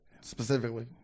specifically